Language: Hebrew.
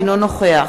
אינו נוכח